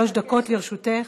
שלוש דקות לרשותך.